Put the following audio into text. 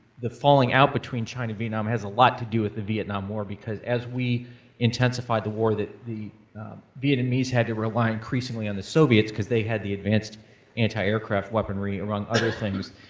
the falling out between china and vietnam has a lot to do with the vietnam war, because as we intensified the war, that the vietnamese had to rely increasingly on the soviets cause they had the advanced anti aircraft weaponry, among other things.